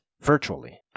virtually